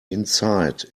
inside